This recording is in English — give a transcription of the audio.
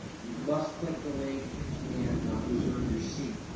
you must click the link and reserve your seat.